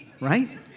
Right